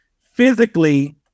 Physically